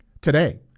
today